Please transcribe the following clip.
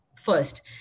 first